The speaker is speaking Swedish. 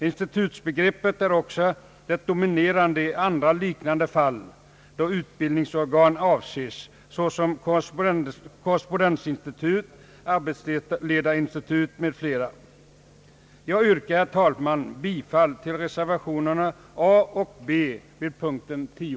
Institutsbegreppet är också det dominerande i andra liknande fall då utbildningsorgan avses, såsom korrespondensinstitut, arbetsledarinstitut m.fl. Jag yrkar, herr talman, bifall till reservationerna a och b vid punkten 10.